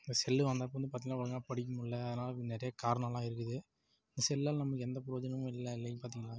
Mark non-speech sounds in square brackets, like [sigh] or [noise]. செல் வந்த அப்புறம் வந்து பார்த்திங்கனா ஒழுங்காக படிக்க முடியல அதனால நிறைய காரணலாம் இருக்குது இந்த செல்லால் நம்மளுக்கு எந்த பிரயோஜனமும் இல்லை [unintelligible] பார்த்திங்களா